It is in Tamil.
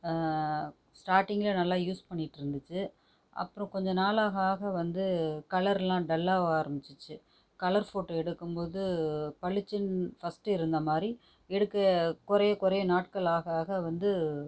ஸ்டார்டிங்கில் நல்லா யூஸ் பண்ணிட்டு இருந்துச்சு அப்புறோம் கொஞ்ச நாளாக ஆக வந்து கலர்லா டல்லாகா ஆரம்பிச்சிருச்சு கலர் போட்டோ எடுக்கும்போது பளிச்சின்னு ஃபர்ஸ்ட் இருந்த மாதிரி இருக்கு குறைய குறைய நாட்களாக ஆக வந்து